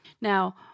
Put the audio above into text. Now